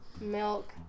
Milk